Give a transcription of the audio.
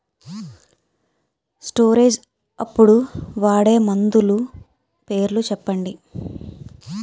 Storage అప్పుడు వాడే మందులు పేర్లు చెప్పండీ?